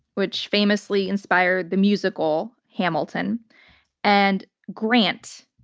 which famously inspire the musical hamilton and grant,